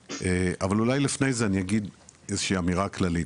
אבל אולי לפני זה אני אגיד איזו שהיא אמירה כללית.